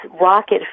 rocket